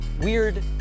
weird